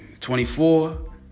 24